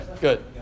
Good